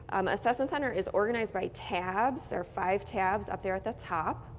assessment center is organized by tabs, there are five tabs up there at the top.